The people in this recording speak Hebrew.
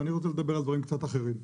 ואני רוצה לדבר על דברים קצת אחרים.